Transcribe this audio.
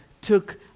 took